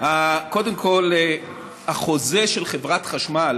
קודם כול, החוזה של חברת החשמל